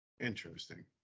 interesting